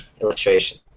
illustration